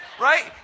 right